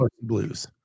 Blues